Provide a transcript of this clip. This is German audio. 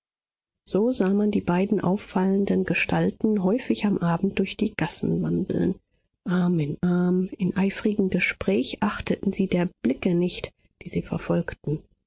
so sah man die beiden auffallenden gestalten häufig am abend durch die gassen wandeln arm in arm im eifrigen gespräch achteten sie der blicke nicht die sie verfolgten